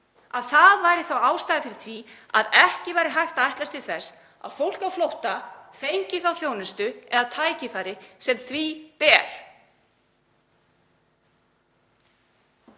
að það væri þá ástæðan fyrir því að ekki væri hægt að ætlast til þess að fólk á flótta fengi þá þjónustu eða tækifæri sem því ber.